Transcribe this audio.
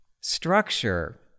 structure